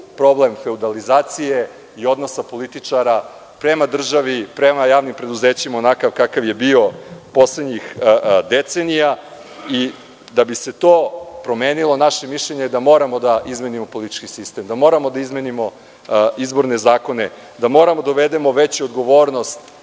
problem feudalizacije i odnosa političara prema državi, prema javnim preduzećima, onakav kakav je bio poslednjih decenija i da bi se to promenilo naše mišljenje je da moramo da izmenimo politički sistem, da moramo da izmenimo izborne zakone, da moramo da uvedemo veću odgovornost